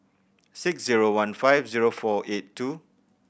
six zero one five zero four eight two